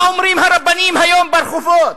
מה אומרים הרבנים היום ברחובות?